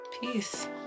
Peace